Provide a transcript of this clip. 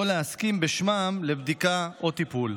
או להסכים בשמם לבדיקה או טיפול.